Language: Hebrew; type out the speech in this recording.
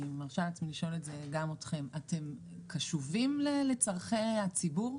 שואלת גם אתכם: אתם קשובים לצורכי הציבור?